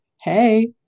Hey